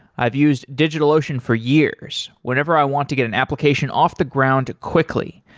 i've used digitalocean for years whenever i want to get an application off the ground quickly,